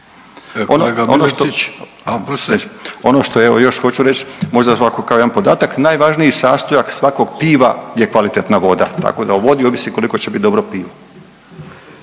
Ono što evo još hoću reć, možda ovako kao jedan podatak, najvažniji sastojak svakog piva je kvalitetna voda, tako da o vodi ovisi koliko će bit dobro pivo.